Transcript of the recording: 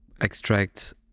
extract